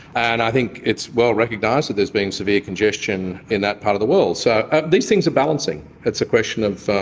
and i think it's well recognised that there's been severe congestion in that part of the world. so these things are balancing. it's a question of.